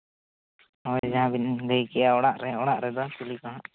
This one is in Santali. ᱦᱳᱭ ᱡᱟᱦᱟᱸ ᱵᱤᱱ ᱞᱟᱹᱭ ᱠᱮᱜᱼᱟ ᱚᱲᱟᱜ ᱨᱮ ᱚᱲᱟᱜ ᱨᱮᱫᱚ ᱪᱤᱞᱤ ᱠᱚ ᱦᱟᱸᱜ